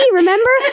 remember